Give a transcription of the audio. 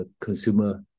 consumer